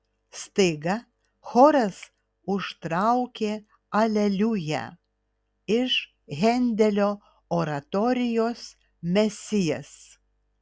staiga choras užtraukė aleliuja iš hendelio oratorijos mesijas